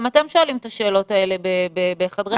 גם אתם שואלים את השאלות האלה בחדרי חדרים.